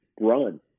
run